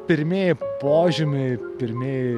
pirmieji požymiai pirmi